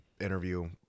interview